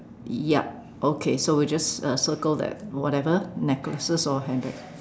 ya okay so we'll just uh circle that whatever necklaces or handbag